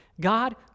God